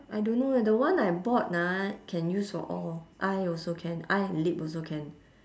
I don't know eh the one I bought ah can use for all eye also can eye and lip also can